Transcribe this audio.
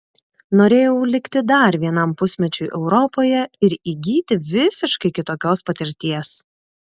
norėjau likti dar vienam pusmečiui europoje ir įgyti visiškai kitokios patirties